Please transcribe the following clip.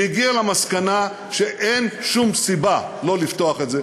והגיע למסקנה שאין שום סיבה שלא לפתוח את זה,